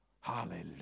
Hallelujah